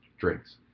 drinks